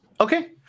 Okay